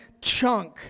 chunk